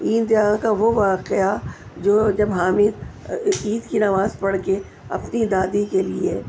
عید گاہ کا وہ واقعہ جو جب حامد عید کی نماز پڑھ کے اپنی دادی کے لیے